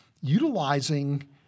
utilizing